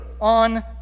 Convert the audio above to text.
on